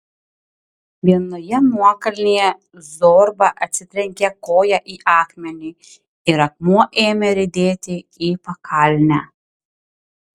vienoje nuokalnėje zorba atsitrenkė koja į akmenį ir akmuo ėmė riedėti į pakalnę